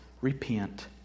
repent